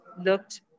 looked